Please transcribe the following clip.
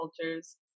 cultures